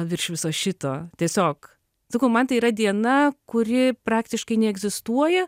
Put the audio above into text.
virš viso šito tiesiog sakau man tai yra diena kuri praktiškai neegzistuoja